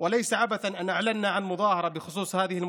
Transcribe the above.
הריסת הבתים, האי-הכרה בכפרים שלנו,